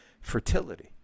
fertility